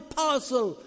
parcel